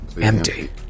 empty